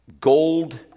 gold